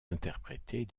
interprétées